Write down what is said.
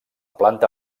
planta